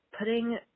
putting